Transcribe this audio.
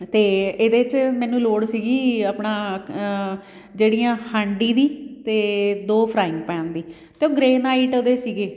ਅਤੇ ਇਹਦੇ 'ਚ ਮੈਨੂੰ ਲੋੜ ਸੀਗੀ ਆਪਣਾ ਜਿਹੜੀਆਂ ਹਾਂਡੀ ਦੀ ਅਤੇ ਦੋ ਫਰਾਇੰਗ ਪੈਨ ਦੀ ਅਤੇ ਉਹ ਗ੍ਰੇਨਾਈਟ ਦੇ ਸੀਗੇ